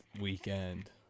weekend